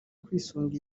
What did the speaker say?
kwisunga